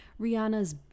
Rihanna's